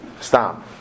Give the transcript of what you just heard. Stop